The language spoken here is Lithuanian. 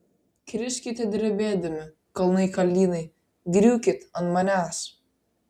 kriskite drebėdami kalnai kalnynai griūkit ant manęs